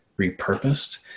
repurposed